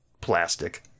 plastic